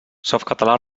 softcatalà